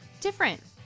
different